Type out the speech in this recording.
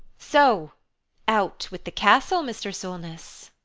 so out with the castle, mr. solness!